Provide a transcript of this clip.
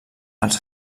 als